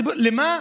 למה?